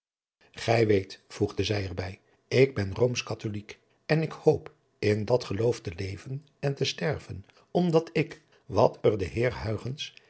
gij weet voegde zij er bij ik ben roomsch catholijk en ik hoop in dat geloof te leven adriaan loosjes pzn het leven van hillegonda buisman en te sterven omdat ik wat er de